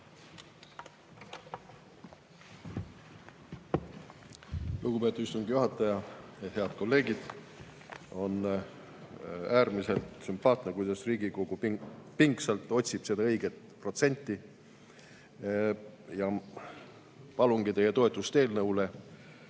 Lugupeetud istungi juhataja! Head kolleegid! On äärmiselt sümpaatne, kuidas Riigikogu pingsalt otsib seda õiget protsenti. Palungi teie toetust eelnõule,